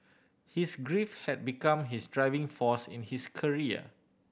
his grief had become his driving force in his career